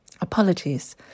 Apologies